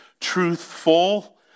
truthful